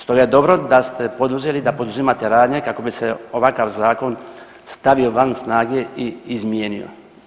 Stoga je dobro da ste poduzeli, da poduzimate radnje kako bi se ovakav zakon stavio van snage i izmijenio.